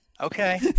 Okay